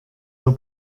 wir